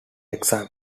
exams